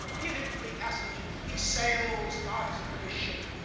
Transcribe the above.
give him free passage. he sails not as a british ship,